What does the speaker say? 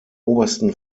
obersten